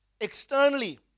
externally